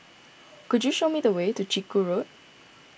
could you show me the way to Chiku Road